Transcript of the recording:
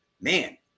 man